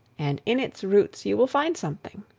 and in its roots you will find something.